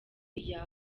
iya